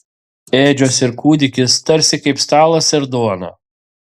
ėdžios ir kūdikis tarsi kaip stalas ir duona